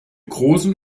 großen